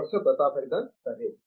professor Pratap Haridas సరే